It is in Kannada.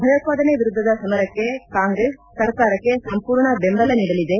ಭಯೋತ್ಪಾದನೆ ವಿರುದ್ಧದ ಸಮರಕ್ಕೆ ಕಾಂಗ್ರೆಸ್ ಸರ್ಕಾರಕ್ಕೆ ಸಂಪೂರ್ಣ ಬೆಂಬಲ ನೀಡಲಿದೆ